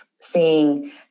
seeing